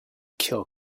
kill